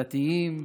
דתיים,